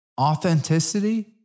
authenticity